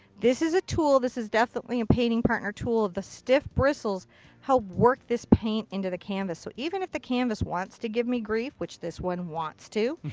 this is a tool. this is definitely a painting partner tool. the stiff bristles help work this paint into the canvas. so even if the canvas wants to give me grief, which this one want to,